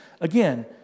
Again